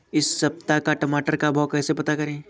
इस सप्ताह का हम टमाटर का भाव कैसे पता करें?